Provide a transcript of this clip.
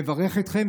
אני מברך אתכם,